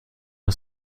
das